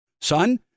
Son